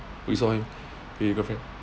we saw him with his girlfriend